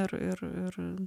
ir ir ir